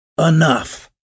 enough